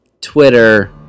Twitter